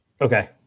Okay